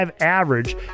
average